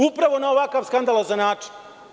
Upravo na ovakav skandalozan način.